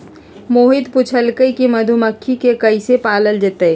मोहित पूछलकई कि मधुमखि के कईसे पालल जतई